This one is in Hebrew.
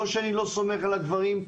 לא שאני לא סומך על הדברים,